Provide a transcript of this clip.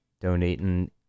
Donating